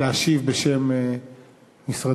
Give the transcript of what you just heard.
להשיב בשם משרדו.